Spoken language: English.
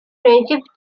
friendship